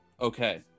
okay